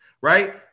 right